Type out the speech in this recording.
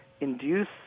induce